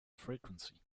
frequency